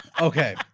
okay